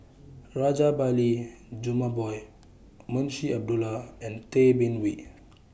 Rajabali Jumabhoy Munshi Abdullah and Tay Bin Wee